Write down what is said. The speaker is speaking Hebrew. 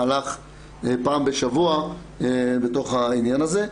פעם בשבוע בתוך העניין הזה.